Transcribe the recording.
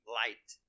light